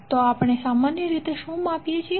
તો આપણે સામાન્ય રીતે શું માપીએ છીએ